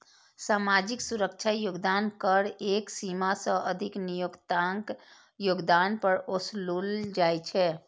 सामाजिक सुरक्षा योगदान कर एक सीमा सं अधिक नियोक्ताक योगदान पर ओसूलल जाइ छै